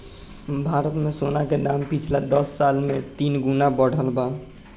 भारत मे सोना के दाम पिछला दस साल मे तीन गुना बढ़ल बा